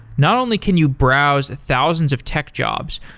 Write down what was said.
not only can you browse thousands of tech jobs,